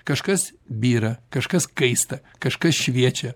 kažkas byra kažkas kaista kažkas šviečia